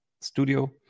studio